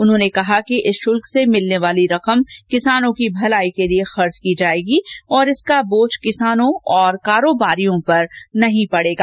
उन्होंने कहा कि इस शुल्क से मिलने वाली रकम किसानों की भलाई के लिए खर्च की जाएगी और इसका बोझ किसानों और कारोबारियों पर नहीं पड़ेगा